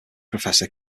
professor